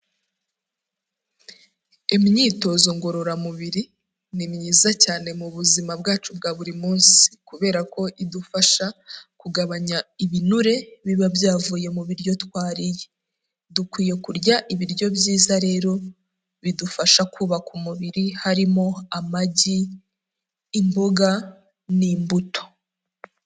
Imyitozo ngororamubiri ni myiza cyane mu buzima bwacu bwa buri munsi, kubera ko idufasha kugabanya ibinure, biba byavuye mu biryo twariye, dukwiye kurya ibiryo byiza rero bidufasha kubaka umubiri, harimo amagi, imboga n'imbuto.